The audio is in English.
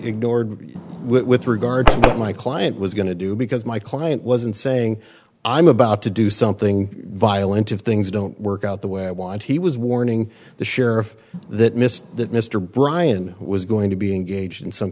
ignored with regard to my client was going to do because my client wasn't saying i'm about to do something violent if things don't work out the way i want he was warning the sheriff that missed that mr brian was going to be engaged in some